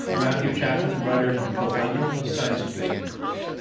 matthew chapman, writer and co-founder of science debate.